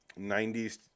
90s